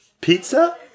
pizza